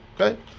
okay